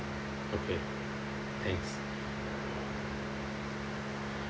okay thanks